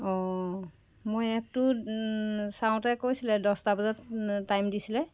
অ' মই এপটো চাওঁতে কৈছিলে দহটা বজাত টাইম দিছিলে